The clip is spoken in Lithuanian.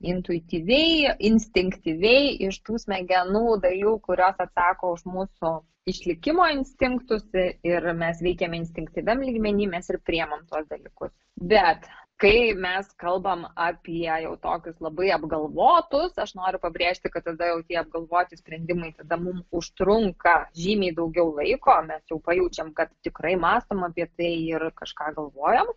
intuityviai instinktyviai iš tų smegenų dalių kurios atsako už mūsų išlikimo instinktus ir mes veikiame instinktyviam lygmeny mes ir priimam tuos dalykus bet kai mes kalbam apie jau tokius labai apgalvotus aš noriu pabrėžti kad tada jau tie apgalvoti sprendimai tada mum užtrunka žymiai daugiau laiko mes jau pajaučiam kad tikrai mąstom apie tai ir kažką galvojam